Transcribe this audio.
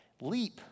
Leap